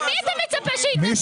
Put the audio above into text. ממי אתה מצפה שיתנצל?